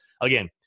again